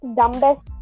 dumbest